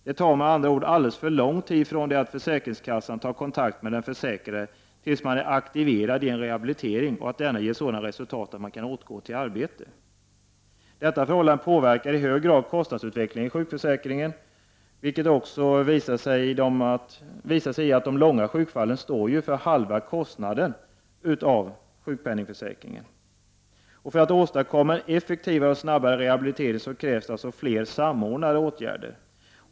Det tar med andra ord alldeles för lång tid från det att försäkringskassan tar kontakt med den försäkrade tills man är aktiverad i en rehabilitering och denna ger sådana resultat att man kan återgå till arbetet. Detta förhållande påverkar i hög grad kostnadsutvecklingen i sjukförsäkringen, vilket också visar sig i att de långvariga sjukfallen står för halva kostnaden för sjukpenningförsäkringen. För att åstadkomma en effektivare och snabbare rehabilitering krävs det flera samordnade åtgärder.